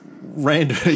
random